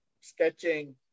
sketching